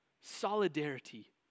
Solidarity